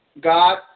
God